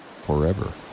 forever